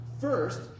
First